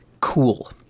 cool